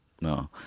no